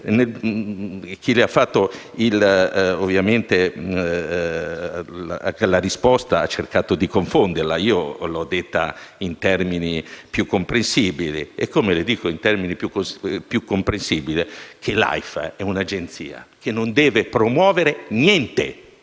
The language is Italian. Chi le ha preparato la risposta ha cercato di confonderla, mentre io l'ho detta in termini più comprensibili, come le dico in termini più comprensibili che l'AIFA è un'agenzia che non deve promuovere niente.